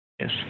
Yes